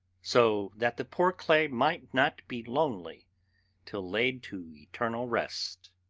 so that the poor clay might not be lonely till laid to eternal rest.